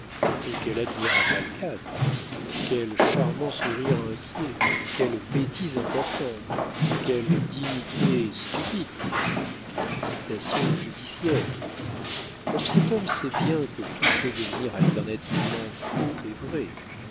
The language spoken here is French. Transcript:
et quel admirable alcade quel charmant sourire inquiet quelle bêtise importante quelle dignité stupide quelle hésitation judiciaire comme cet homme sait bien que tout peut devenir alternativement faux et vrai